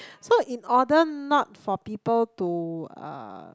so in order not for people to uh